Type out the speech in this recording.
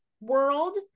world